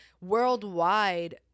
worldwide